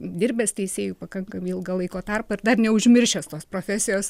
dirbęs teisėju pakankamai ilgą laiko tarpą ir dar neužmiršęs tos profesijos